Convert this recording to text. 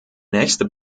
nächste